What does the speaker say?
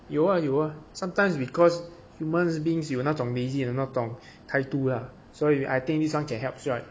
有啊有啊 sometimes because humans beings 有那种: you na zhong lazy 的那种态度啦所以: de na zhong tai du la suo yi I think this [one] can helps right